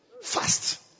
Fast